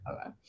Okay